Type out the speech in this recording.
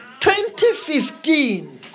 2015